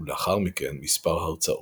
ולאחר מכן מספר הרצאות.